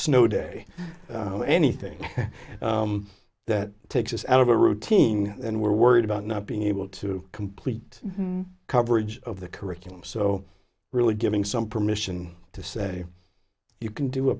snow day or anything that takes us out of a routine and we're worried about not being able to complete coverage of the curriculum so really giving some permission to say you can do a